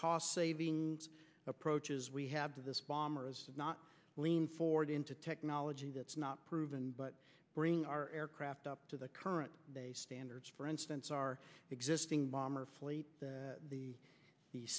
cost saving approaches we have to this bomber is not lean forward into technology that's not proven but bring our aircraft up to the current standards for instance our existing bomber fleet the the